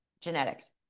genetics